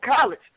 college